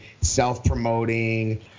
self-promoting